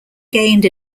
gained